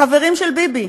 החברים של ביבי.